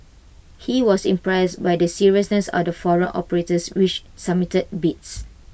he was impressed by the seriousness of the foreign operators which submitted bids